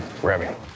grabbing